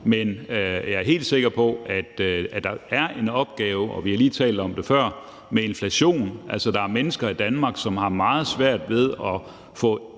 Men jeg er helt sikker på, at der er en opgave, og vi har lige talt om det før, med inflationen. Der er mennesker i Danmark, som har meget svært ved at få